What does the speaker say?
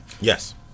Yes